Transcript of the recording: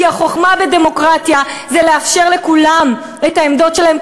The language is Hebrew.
כי החוכמה בדמוקרטיה היא לאפשר לכולם את העמדות שלהם,